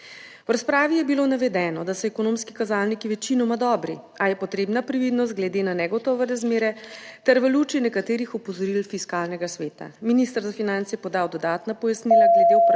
V razpravi je bilo navedeno, da so ekonomski kazalniki večinoma dobri, a je potrebna previdnost glede na negotove razmere ter v luči nekaterih opozoril Fiskalnega sveta. Minister za finance je podal dodatna pojasnila glede vprašanj